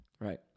Right